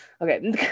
Okay